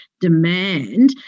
demand